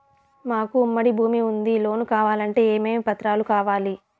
మాకు ఉమ్మడి భూమి ఉంది లోను కావాలంటే ఏమేమి పత్రాలు కావాలి?